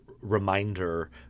reminder